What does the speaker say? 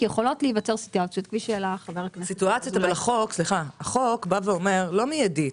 כי יכולות להיווצר סיטואציות -- החוק לא בא ואומר מידית,